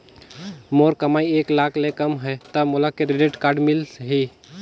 मोर कमाई एक लाख ले कम है ता मोला क्रेडिट कारड मिल ही?